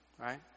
right